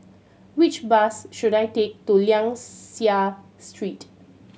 which bus should I take to Liang Seah Street